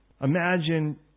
Imagine